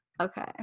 okay